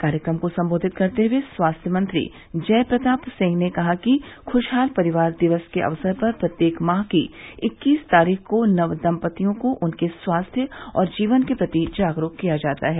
कार्यक्रम को सम्बोधित करते हुए स्वास्थ्य मंत्री जय प्रताप सिंह ने कहा कि खुशहाल परिवार दिवस के अवसर पर प्रत्येक माह की इक्कीस तारीख को नव दम्पत्तियों को उनके स्वास्थ्य और जीवन के प्रति जागरूक किया जाता है